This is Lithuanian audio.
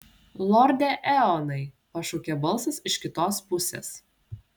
lorde eonai pašaukė balsas iš kitos pusės